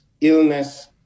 illness